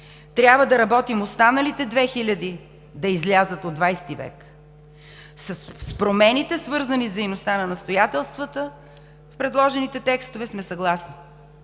Трябва да работим останалите 2000 да излязат от ХХ век. С промените, свързани с дейността на настоятелствата в предложените текстове, сме съгласни,